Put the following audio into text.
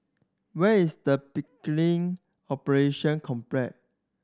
where is Pickering Operation